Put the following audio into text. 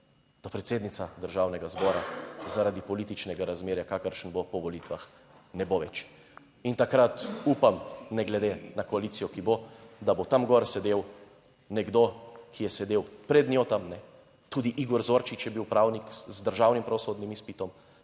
da predsednica Državnega zbora zaradi političnega razmerja, kakršen bo po volitvah, ne bo več. In takrat upam ne glede na koalicijo, ki bo, da bo tam gor sedel nekdo, ki je sedel pred njo tam, ne. Tudi Igor Zorčič je bil pravnik z državnim pravosodnim izpitom